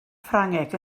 ffrangeg